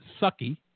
sucky